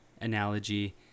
analogy